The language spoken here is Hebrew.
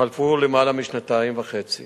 חלפו למעלה משנתיים וחצי